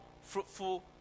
fruitful